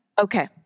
Okay